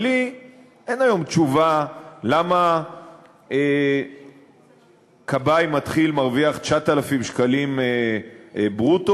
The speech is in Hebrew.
אבל לי אין היום תשובה למה כבאי מתחיל מרוויח 9,000 שקלים ברוטו,